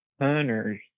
hunters